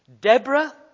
Deborah